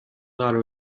قرار